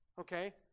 Okay